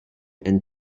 and